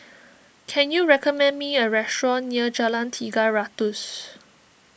can you recommend me a restaurant near Jalan Tiga Ratus